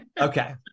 Okay